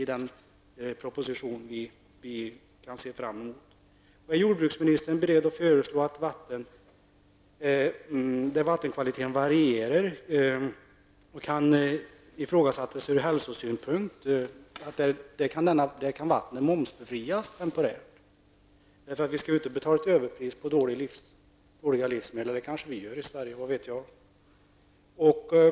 Är jordbruksministern beredd att föreslå att vattnet momsbefrias temporärt i de områden där vattenkvaliteten varierar och kan ifrågasättas från hälsosynpunkt? Vi skall ju inte betala överpriser för dåliga livsmedel. Men det kanske vi gör i Sverige -- vad vet jag?